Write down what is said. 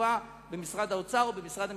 טובה במשרד האוצר או במשרד המשפטים.